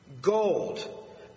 Gold